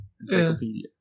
encyclopedia